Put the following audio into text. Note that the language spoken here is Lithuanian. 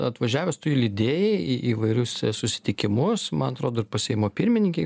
atvažiavęs tu jį lydėjai į įvairius susitikimus man atrodo seimo pirmininkei